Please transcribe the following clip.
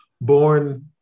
born